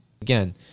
again